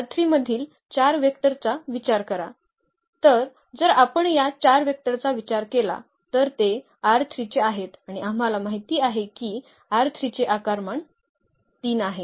या मधील 4 वेक्टरचा विचार करा तर जर आपण या 4 वेक्टरचा विचार केला तर ते चे आहेत आणि आम्हाला माहित आहे की चे आकारमान 3 आहे